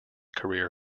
career